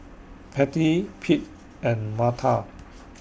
Patty Pete and Marta